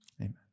Amen